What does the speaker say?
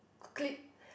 clip